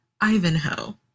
Ivanhoe